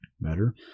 better